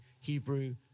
Hebrew